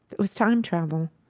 it was time travel